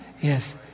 Yes